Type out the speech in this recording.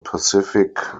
pacific